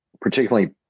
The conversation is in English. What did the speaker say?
particularly